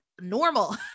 normal